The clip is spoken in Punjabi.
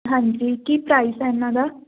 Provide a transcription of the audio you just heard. ਹਾਂਜੀ ਕੀ ਪ੍ਰਾਈਸ ਹੈ ਇਹਨਾਂ ਦਾ